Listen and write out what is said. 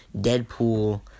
Deadpool